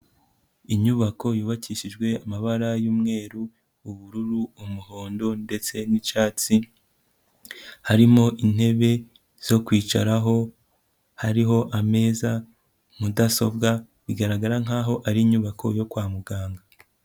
Inyubako yubakishijwe amabara y'umweru, ubururu, umuhondo ndetse n'icyatsi, harimo intebe zo kwicaraho, hariho ameza, mudasobwa, bigaragara nkaho ari inyubako yo kwa muganga.